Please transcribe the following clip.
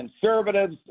conservatives